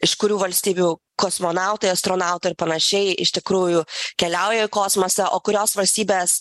iš kurių valstybių kosmonautai astronautai ar panašiai iš tikrųjų keliauja į kosmosą o kurios valstybės